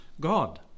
God